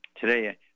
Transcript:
today